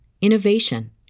innovation